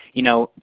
you know,